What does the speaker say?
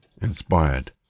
inspired